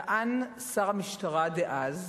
טען שר המשטרה דאז